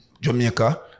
Jamaica